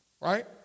right